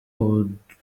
ubudasa